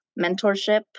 mentorship